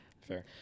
Fair